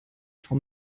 vom